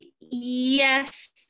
Yes